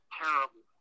terrible